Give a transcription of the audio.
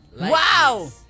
Wow